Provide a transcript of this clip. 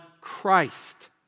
Christ